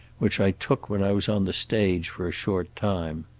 which i took when i was on the stage for a short time.